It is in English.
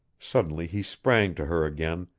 suddenly he sprang to her again,